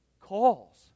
Calls